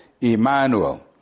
Emmanuel